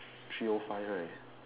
three or five alright